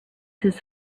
his